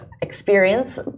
experience